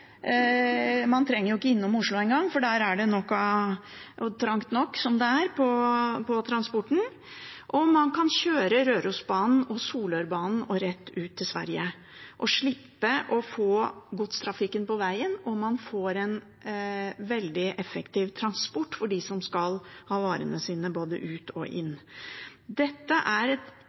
man trenger ikke innom Oslo engang, for der er det trangt nok som det er for transporten – og man kan kjøre Rørosbanen og Solørbanen og rett til Sverige og slippe å få godstrafikken på vegen. Man får en veldig effektiv transport for dem som skal ha varene sine både ut og inn. Dette er et